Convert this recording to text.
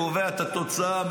קובע את התוצאה,